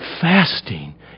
Fasting